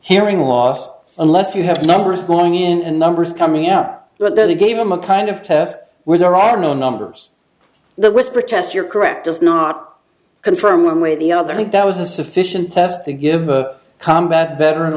hearing loss unless you have numbers going in and numbers coming out but then he gave them a kind of test where there are no numbers the whisper test you're correct does not confirm one way or the other think that was a sufficient test to give a combat veteran